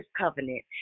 covenant